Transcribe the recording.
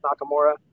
Nakamura